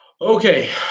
okay